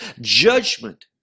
Judgment